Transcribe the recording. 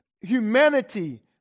humanity